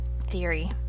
theory